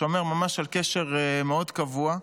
שומר ממש על קשר מאוד קבוע.